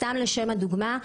סתם לשם הדוגמה: